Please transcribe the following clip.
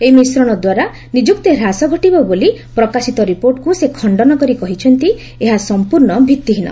ଏହି ମିଶ୍ରଣ ଦ୍ୱାରା ନିଯୁକ୍ତି ହ୍ରାସ ଘଟିବ ବୋଲି ପ୍ରକାଶିତ ରିପୋର୍ଟକୁ ସେ ଖଣ୍ଡନ କରି କହିଛନ୍ତି ଏହା ସମ୍ପର୍ଣ୍ଣ ଭିତ୍ତିହୀନ